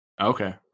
Okay